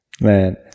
Man